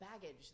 baggage